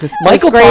Michael